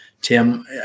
Tim